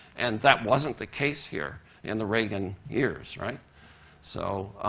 and that wasn't the case here in the reagan years, right so